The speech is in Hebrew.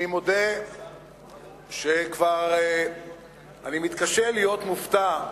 אני מודה שאני מתקשה להיות מופתע,